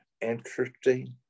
interesting